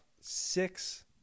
six